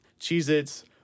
Cheez-Its